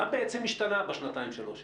מה בעצם השתנה בשנתיים-שלוש האלה?